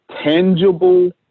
tangible